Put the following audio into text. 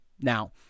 now